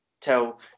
tell